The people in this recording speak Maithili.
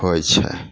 होइ छै